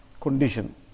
condition